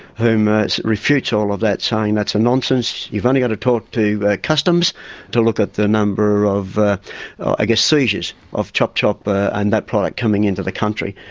who refutes all of that, saying that's a nonsense, you've only got to talk to customs to look at the number of i guess seizures of chop-chop and that product coming into the country.